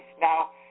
Now